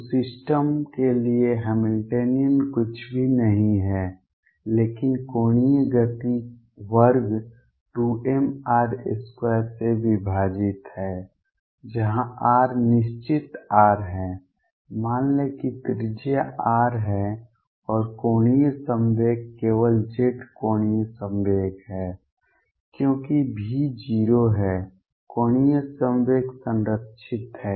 तो सिस्टम के लिए हैमिल्टनियन कुछ भी नहीं है लेकिन कोणीय गति वर्ग 2mr2 से विभाजित है जहां r निश्चित r है मान लें कि त्रिज्या r है और कोणीय संवेग केवल z कोणीय संवेग है क्योंकि V 0 है कोणीय संवेग संरक्षित है